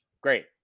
great